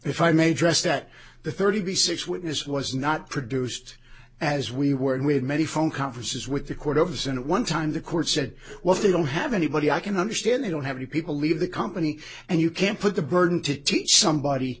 if i may dress that the thirty six witnesses was not produced as we were and we had many phone conferences with the court of the senate one time the court said well they don't have anybody i can understand they don't have any people leave the company and you can't put the burden to teach somebody